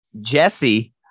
Jesse